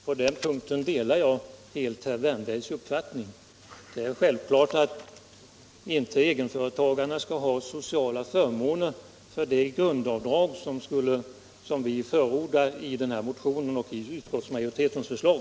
Herr talman! På den punkten delar jag helt herr Wärnbergs uppfattning. Det är självklart att inte egenföretagarna skall ha sociala förmåner för det grundavdrag som vi förordar i motionen och i utskottsmajoritetens förslag.